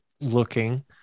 looking